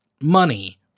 money